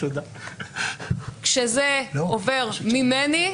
כשזה עובר ממני,